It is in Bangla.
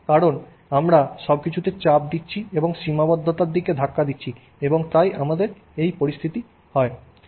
কারণ আমরা সবকিছুকে চাপ দিচ্ছি এবং সীমাবদ্ধতার দিকে ধাক্কা দিচ্ছি এবং তাই আমাদের এই পরিস্থিতি রয়েছে